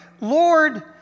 Lord